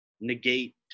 negate